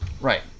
Right